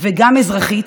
וגם אזרחית,